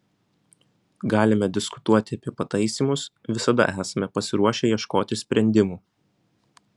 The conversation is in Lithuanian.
galime diskutuoti apie pataisymus visada esame pasiruošę ieškoti sprendimų